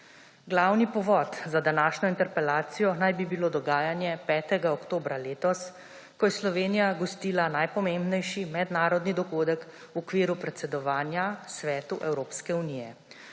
Glavni povod za današnjo interpelacijo naj bi bilo dogajanje 5. oktobra letos, ko je Slovenija gostila najpomembnejši mednarodni dogodek v okviru predsedovanja Svetu Evropske unije.